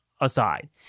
aside